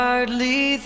Hardly